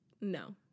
no